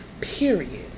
Period